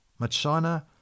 machana